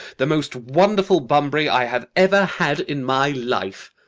the most wonderful bunbury i have ever had in my life.